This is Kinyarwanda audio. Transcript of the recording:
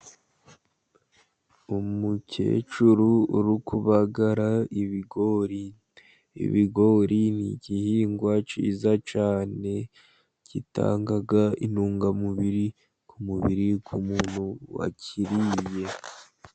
Umukecuru uri kubagara ibigori, ibigori ni igihingwa cyiza cyane, gitanga intungamubiri ku mubiri, ku muntu wakiriye.